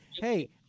hey